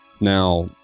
Now